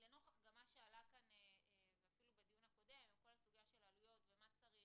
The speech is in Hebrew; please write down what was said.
לנוכח מה שעלה בדיון הקודם עם כל הסוגיה של עלויות ומה צריך,